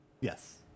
Yes